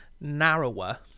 narrower